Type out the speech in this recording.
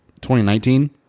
2019